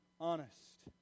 honest